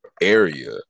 area